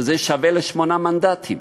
שזה שווה לשמונה מנדטים.